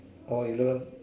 or eleven